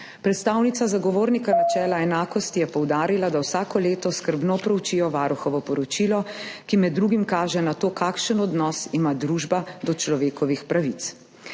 Predstavnica Zagovornika načela enakosti je poudarila, da vsako leto skrbno proučijo varuhovo poročilo, ki med drugim kaže na to, kakšen odnos ima družba do človekovih pravic.